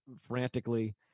frantically